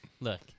look